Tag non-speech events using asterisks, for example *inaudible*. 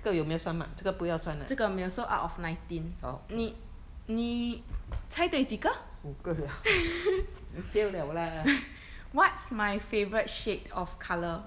gei de san ge wo quan bu mei you kan de zhe ge so out of nineteen 你你猜对几个 *laughs* what's my favourite shade of colour